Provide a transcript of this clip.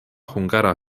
hungara